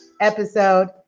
episode